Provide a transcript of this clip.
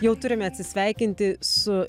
jau turime atsisveikinti su